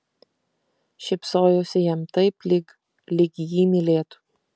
šypsojosi jam taip lyg lyg jį mylėtų